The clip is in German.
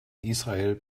israel